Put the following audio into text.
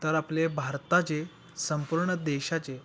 तर आपले भारताचे संपूर्ण देशाचे